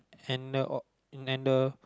and a o~ and a